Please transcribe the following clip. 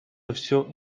всё